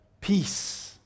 Peace